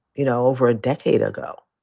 you know, over a decade ago.